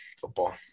football